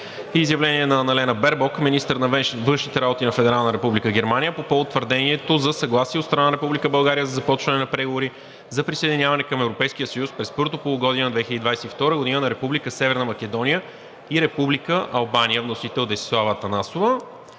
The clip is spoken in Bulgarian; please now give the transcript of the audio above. изявление на Аналена Бербок – министър на външните работи на Федерална република Германия, по повод твърдението за съгласие от страна на Република България за започване на преговори за присъединяване към Европейския съюз през първото полугодие на 2022 г. на Република Северна Македония и Република Албания. Вносител е Десислава Атанасова